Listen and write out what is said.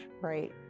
Right